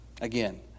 Again